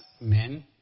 men